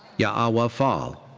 ya-awa phall.